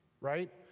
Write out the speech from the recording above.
right